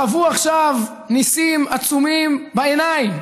הם חוו עכשיו ניסים עצומים בעיניים,